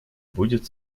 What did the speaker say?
будет